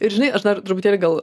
ir žinai aš dar truputėlį gal